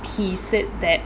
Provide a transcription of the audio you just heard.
he said that